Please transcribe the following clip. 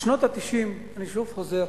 בשנות ה-90, אני חוזר,